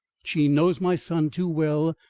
she knows my son too well,